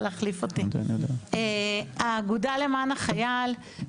האגודה למען החייל,